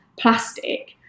plastic